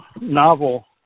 novel